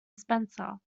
spencer